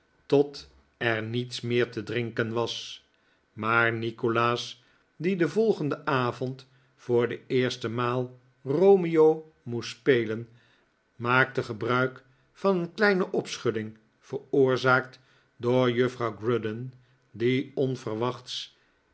tot er niets meer te drinken was maar nikolaas die den volgenden avond voor de eerste maal romeo moest spelen maakte gebruik van een kleine opschudding veroorzaakt door juffrouw grudden die onverwachts